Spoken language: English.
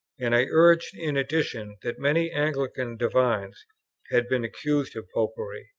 and i urged in addition, that many anglican divines had been accused of popery,